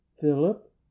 philip